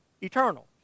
eternal